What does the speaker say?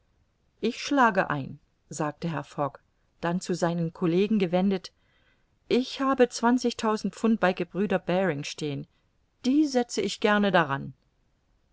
ich schlage ein sagte herr fogg dann zu seinen collegen gewendet ich habe zwanzigtausend pfund bei gebr baring stehen die setze ich gerne daran